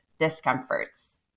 discomforts